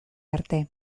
arte